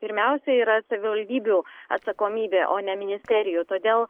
pirmiausia yra savivaldybių atsakomybė o ne ministerijų todėl